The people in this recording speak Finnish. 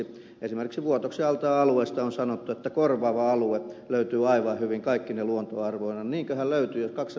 esimerkiksi vuotoksen altaan alueesta on sanottu että korvaava alue löytyy aivan hyvin kaikkine luontoarvoineen